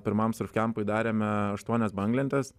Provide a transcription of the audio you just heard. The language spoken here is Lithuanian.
pirmam surfkampui darėme aštuonias banglentes